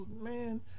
man